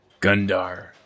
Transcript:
Gundar